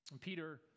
Peter